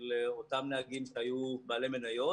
של אותם נהגים שהיו בעלי מניות